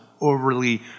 overly